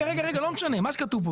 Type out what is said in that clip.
לא משנה, מה שכתוב פה.